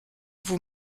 vous